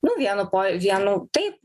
nu vienu po vienu taip